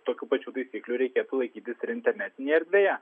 tokių pačių taisyklių reikėtų laikytis ir internetinėje erdvėje